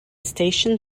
station